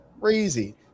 crazy